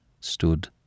stood